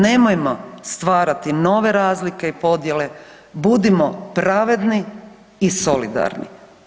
Nemojmo stvarati nove razlike i podjele, budimo pravedni i solidarni.